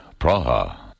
Praha